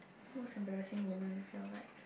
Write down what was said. most embarrassing moment of your life